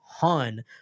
ton